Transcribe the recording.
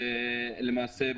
למעשה,